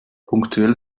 punktuell